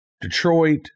Detroit